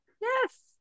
yes